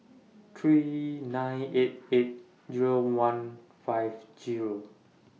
three nine eight eight Zero one five Zero